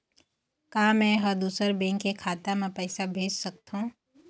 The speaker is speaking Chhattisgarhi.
का मैं ह दूसर बैंक के खाता म पैसा भेज सकथों?